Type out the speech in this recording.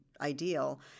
ideal